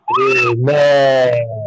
Amen